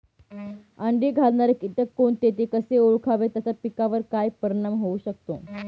अंडी घालणारे किटक कोणते, ते कसे ओळखावे त्याचा पिकावर काय परिणाम होऊ शकतो?